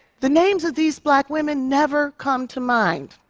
the names of these black women never come to mind.